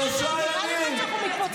שלושה ימים.